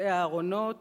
נושאי הארונות,